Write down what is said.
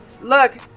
Look